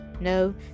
No